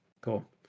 cool